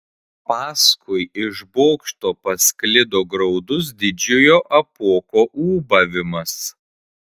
paskui iš bokšto pasklido graudus didžiojo apuoko ūbavimas